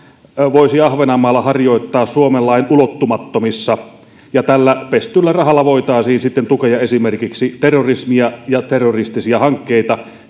voisi ahvenanmaalla harjoittaa suomen lain ulottumattomissa ja tällä pestyllä rahalla voitaisiin sitten tukea esimerkiksi terrorismia ja terroristisia hankkeita